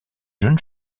jeunes